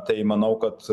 tai manau kad